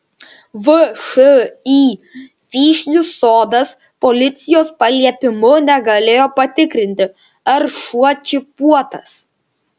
všį vyšnių sodas policijos paliepimu negalėjo patikrinti ar šuo čipuotas